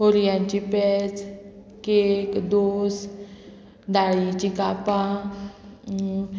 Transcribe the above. कोरयांची पेज केक दोस दाळीचीं कापां